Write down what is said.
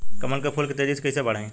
कमल के फूल के तेजी से कइसे बढ़ाई?